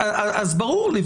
אז ברור לי,